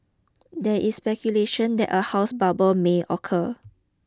there is speculation that a house bubble may occur